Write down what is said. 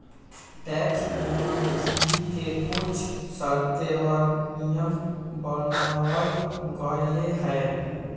tax amnesty के कुछ शर्तें और नियम बनावल गयले है